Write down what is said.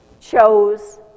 chose